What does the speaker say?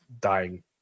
dying